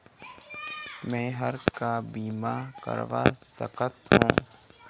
मैं हर का बीमा करवा सकत हो?